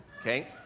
Okay